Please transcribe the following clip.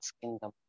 kingdom